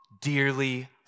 dearly